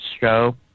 show